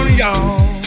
y'all